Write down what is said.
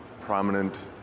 prominent